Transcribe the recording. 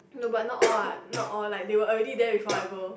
no but not all what not all like they were already there before I go